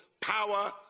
power